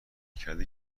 کرده